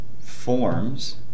forms